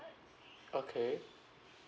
okay